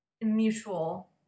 mutual